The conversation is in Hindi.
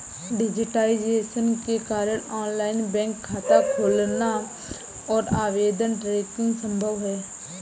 डिज़िटाइज़ेशन के कारण ऑनलाइन बैंक खाता खोलना और आवेदन ट्रैकिंग संभव हैं